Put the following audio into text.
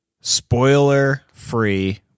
spoiler-free